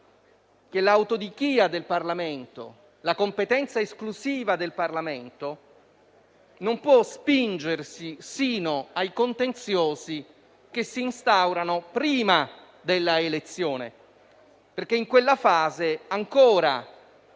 che l'autodichia del Parlamento e la competenza esclusiva dello stesso non possono spingersi sino ai contenziosi che si instaurano prima dell'elezione, perché in quella fase ancora